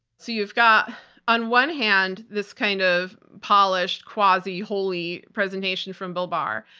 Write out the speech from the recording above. so you've got on one hand, this kind of polished, quasi-holy presentation from bill barr.